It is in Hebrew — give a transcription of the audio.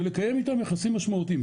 ולקיים איתם יחסים משמעותיים.